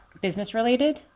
business-related